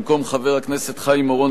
במקום חבר הכנסת חיים אורון,